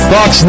Fox